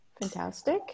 fantastic